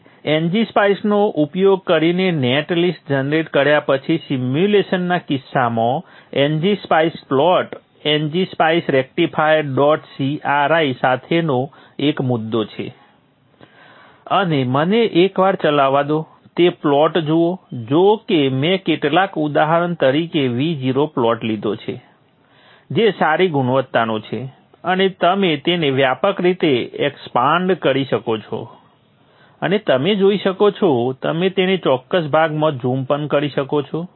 હવે n g spice નો ઉપયોગ કરીને નેટ લિસ્ટ જનરેટ કર્યા પછી સિમ્યુલેશનના કિસ્સામાં n g spice plot n g spice rectifier dot cir સાથેનો એક મુદ્દો છે અને મને એકવાર ચલાવવા દો તે પ્લોટ જુઓ જો કે મેં કેટલાક ઉદાહરણ તરીકે Vo પ્લોટ લીધો છે જે સારી ગુણવત્તાનો છે અને તમે તેને વ્યાપક રીતે એક્સપાન્ડ કરી શકો છો અને તમે જોઈ શકો છો તમે તેને ચોક્કસ ભાગમાં ઝૂમ પણ કરી શકો છો